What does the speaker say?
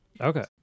Okay